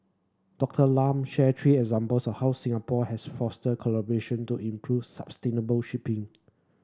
Doctor Lam shared three examples how Singapore has fostered collaboration to improve sustainable shipping